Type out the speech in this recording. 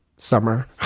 Summer